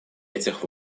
этих